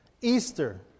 Easter